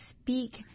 speak